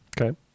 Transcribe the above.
Okay